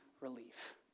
relief